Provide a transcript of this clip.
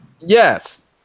Yes